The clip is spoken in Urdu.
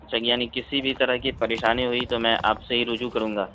اچھا یعنی کسی بھی طرح کی پریشانی ہوئی تو میں آپ سے ہی رجوع کروں گا